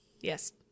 Yes